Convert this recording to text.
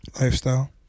Lifestyle